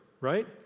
right